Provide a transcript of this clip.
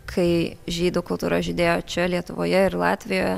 kai žydų kultūra žydėjo čia lietuvoje ir latvijoje